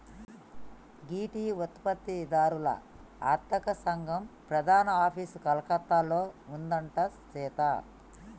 గీ tea ఉత్పత్తి దారుల అర్తక సంగం ప్రధాన ఆఫీసు కలకత్తాలో ఉందంట సీత